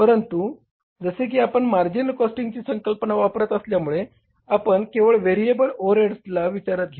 परंतु जसे की आपण मार्जिनल कॉस्टिंगची संकल्पना वापरत असल्यामुळे आपण केवळ व्हेरिएबलच्या ओव्हरहेडला विचारात घेऊ